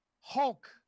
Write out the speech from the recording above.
Hulk